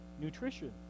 nutrition